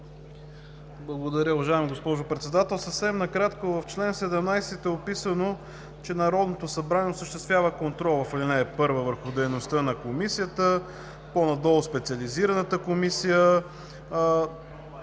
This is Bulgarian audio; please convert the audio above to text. Благодаря, уважаема госпожо Председател. Съвсем накратко – в чл. 17 е описано, че Народното събрание осъществява контрол в ал. 1 върху дейността на Комисията, по-надолу специализираната Комисия.